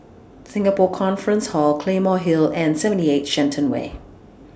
Singapore Conference Hall Claymore Hill and seventy eight Shenton Way